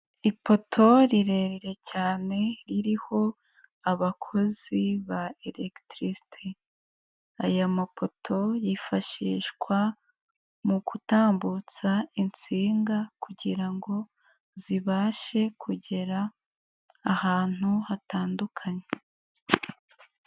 Ipoto rirerire cyane ririho abakozi ba elegitirisite, aya mapoto yifashishwa mu gutambutsa insinga kugira ngo zibashe kugera ahantu hatandukanye.